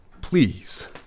Please